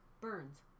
Burns